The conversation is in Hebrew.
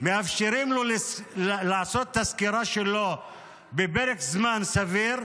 מאפשרים לו לעשות את הסקירה שלו בפרק זמן סביר,